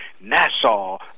Nassau